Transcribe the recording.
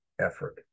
effort